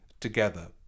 together